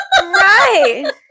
Right